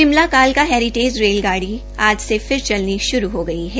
शिमला कालका heritage rail गाड़ी आज ये फिर शुरू हो गई है